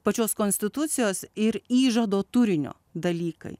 pačios konstitucijos ir įžado turinio dalykai